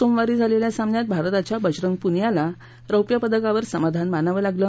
सोमवारी झालेल्या सामन्यात भारताच्या बजरंग पुनियाला रौप्य पदकावर समाधान मानावं लागलं